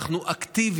אנחנו פונים אקטיבית,